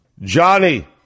Johnny